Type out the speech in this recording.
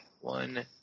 One